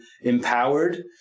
empowered